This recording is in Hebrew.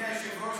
אדוני היושב-ראש,